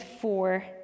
four